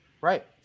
Right